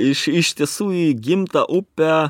iš iš tiesų į gimtą upę